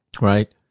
right